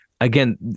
again